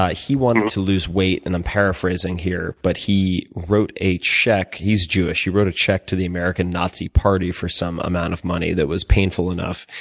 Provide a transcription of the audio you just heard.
ah he wanted to lose weight, and i'm paraphrasing here, but he wrote a check he's jewish. he wrote a check to the american nazi party for some amount of money that was painful enough,